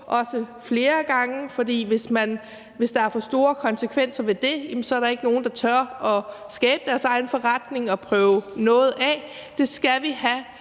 også flere gange, for hvis der er for store konsekvenser ved det, er der ikke nogen, der tør at skabe deres egen forretning og prøve noget af. Det skal vi have